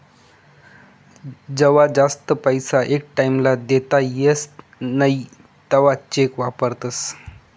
जवा जास्त पैसा एका टाईम ला देता येस नई तवा चेक वापरतस